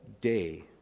day